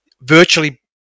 Virtually